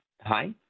hi